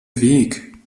weg